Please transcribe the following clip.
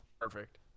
Perfect